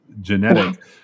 genetic